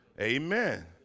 Amen